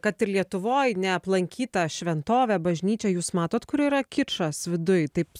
kad ir lietuvoj neaplankytą šventovę bažnyčią jūs matot kur yra kičas viduj taip